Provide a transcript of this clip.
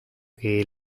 que